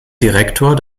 direktor